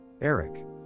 Eric